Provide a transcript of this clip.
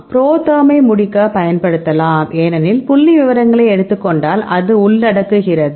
ProTherm ஐ முடிக்க பயன்படுத்தலாம் ஏனெனில் புள்ளிவிவரங்களை எடுத்துக் கொண்டால் அது உள்ளடக்குகிறது